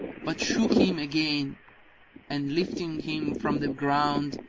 but shook him again and, lifting him from the ground,